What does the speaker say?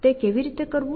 તે કેવી રીતે કરવું